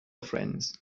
friends